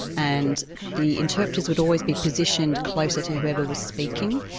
and the interpreters would always be positioned closer to whoever was speaking,